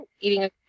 eating